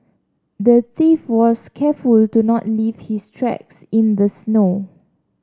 the thief was careful to not leave his tracks in the snow